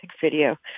video